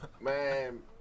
Man